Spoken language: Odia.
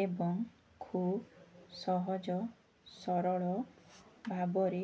ଏବଂ ଖୁବ୍ ସହଜ ସରଳ ଭାବରେ